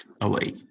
away